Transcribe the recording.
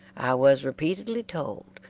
i was repeatedly told,